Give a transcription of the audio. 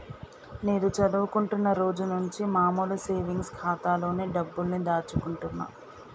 నేను చదువుకుంటున్న రోజులనుంచి మామూలు సేవింగ్స్ ఖాతాలోనే డబ్బుల్ని దాచుకుంటున్నా